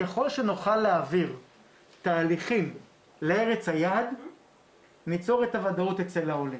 ככל שנוכל להעביר תהליכים לארץ היעד ניצור את הוודאות אצל העולה,